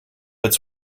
its